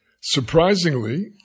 Surprisingly